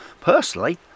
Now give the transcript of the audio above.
personally